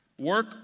work